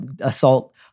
Assault